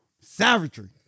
savagery